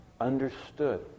understood